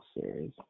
series